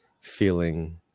feeling